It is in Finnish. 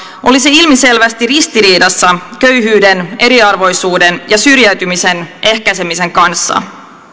oli se ilmiselvästi ristiriidassa köyhyyden eriarvoisuuden ja syrjäytymisen ehkäisemisen kanssa